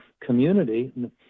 community